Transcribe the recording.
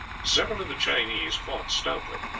several of the chinese fought stoutly,